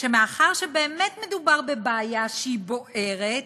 שמאחר שבאמת מדובר בבעיה שהיא בוערת,